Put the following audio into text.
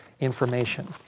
information